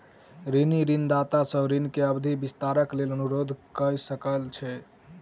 ऋणी ऋणदाता सॅ ऋण के अवधि विस्तारक लेल अनुरोध कय सकै छै